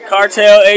Cartel